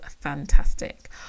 fantastic